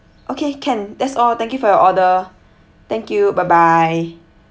okay can that's all thank you for your order thank you bye bye